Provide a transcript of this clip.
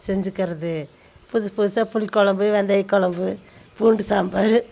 செஞ்சுக்கறது புதுசு புதுசாக புளிக்குழம்பு வெந்தயக்குழம்பு பூண்டு சாம்பார்